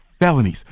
felonies